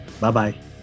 Bye-bye